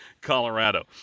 Colorado